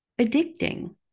addicting